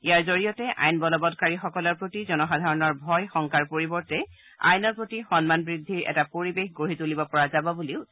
ইয়াৰ জৰিয়তে আইন বলৱৎকাৰীসকলৰ প্ৰতি জনসাধাৰণৰ ভয় শংকাৰ পৰিবৰ্তে আইনৰ প্ৰতি সন্মান বৃদ্ধিৰ এটা পৰিৱেশ গঢ়ি তুলিব পৰা যাব বুলিও তেওঁ কয়